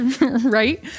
right